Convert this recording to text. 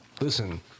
listen